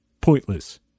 pointless